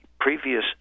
previous